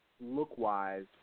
look-wise